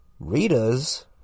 Ritas